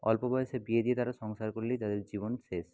অল্প বয়সে বিয়ে দিয়ে তারা সংসার করলেই তাদের জীবন শেষ